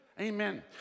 Amen